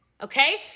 okay